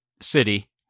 city